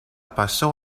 pasó